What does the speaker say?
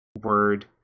word